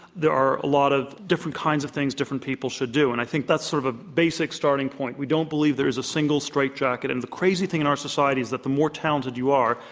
there are a lot of different kinds of things different people should do. and i think that's that's sort of a basicstarting point. we don't believe there is a single straight jacket. and the crazy thing in our society is that the more talented you are,